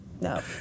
No